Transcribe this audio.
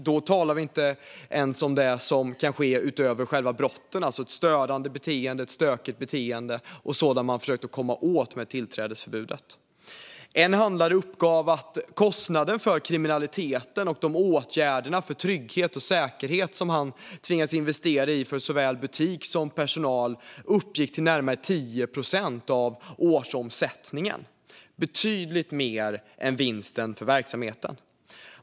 Nu talar vi inte ens om det som sker utöver själva brotten, alltså störande och stökigt beteende med mera som man försökt komma åt med tillträdesförbudet. En handlare uppgav att kostnaden för kriminaliteten och åtgärderna för trygghet och säkerhet som han tvingats investera i för såväl butik som personal uppgick till närmare 10 procent av årsomsättningen, vilket var betydligt mer än vinsten.